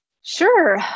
Sure